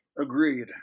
Agreed